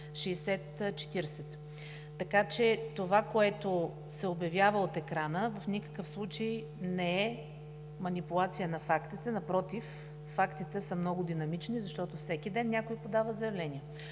Така че това, което се обявява от екрана, в никакъв случай не е манипулация на фактите, напротив фактите са много динамични, защото всеки ден някой подава заявление.